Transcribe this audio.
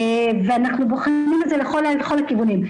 ואנחנו בוחנים את זה לכל הכיוונים,